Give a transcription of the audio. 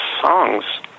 songs